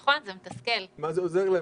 נכון, זה מתסכל -- מה זה עוזר לנו?